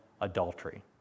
adultery